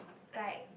like